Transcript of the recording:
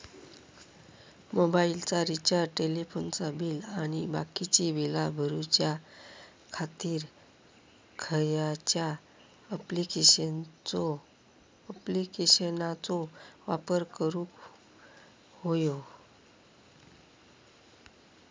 मोबाईलाचा रिचार्ज टेलिफोनाचा बिल आणि बाकीची बिला भरूच्या खातीर खयच्या ॲप्लिकेशनाचो वापर करूक होयो?